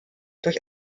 durch